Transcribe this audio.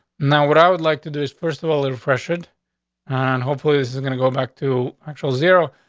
now, what i would like to do is first of all, a little fresher on, and and hopefully is is gonna go back to actual zero.